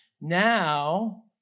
now